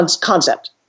concept